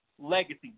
legacy